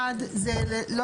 אחד זה לא,